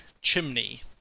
chimney